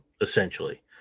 essentially